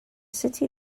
city